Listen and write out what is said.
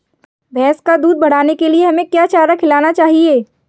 भैंस का दूध बढ़ाने के लिए हमें क्या चारा खिलाना चाहिए?